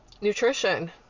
nutrition